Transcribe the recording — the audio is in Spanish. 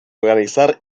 organizar